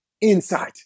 inside